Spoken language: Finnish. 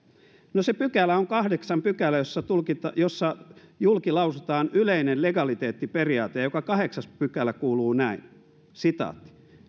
no se pykälä on kahdeksas pykälä jossa julkilausutaan yleinen legaliteettiperiaate ja kahdeksas pykälä kuuluu näin